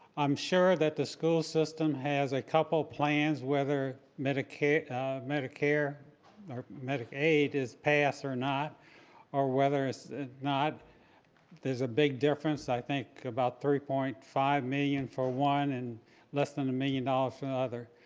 i'm sure that the school system has a couple plans whether medicare medicare or medicaid is passed or not or whether it's not is a big difference. i think about three point five million for one and less than a million dollars another.